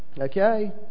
Okay